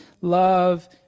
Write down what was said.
love